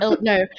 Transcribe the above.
No